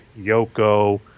Yoko